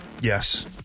Yes